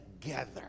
together